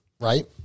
right